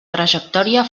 trajectòria